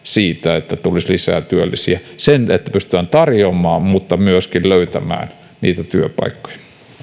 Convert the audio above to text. niin että tulisi lisää työllisiä että pystytään sekä tarjoamaan että myöskin löytämään työpaikkoja